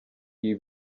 ibi